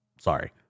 Sorry